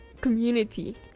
community